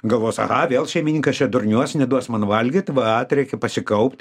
galvos aha vėl šeimininkas čia durniuos neduos man valgyt vat reikia pasikaupt